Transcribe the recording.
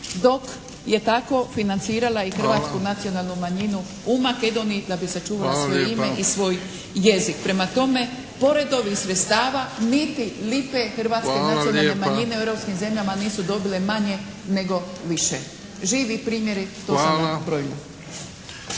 dok je tako financirala i hrvatsku nacionalnu manjinu u Makedoniji da bi sačuvala svoje ime i svoj jezik. Prema tome, pored ovih sredstava niti lipe hrvatske nacionalne manjine u europskim zemljama nisu dobile manje nego više. Živi primjeri, tu sam ih nabrojila.